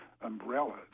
umbrella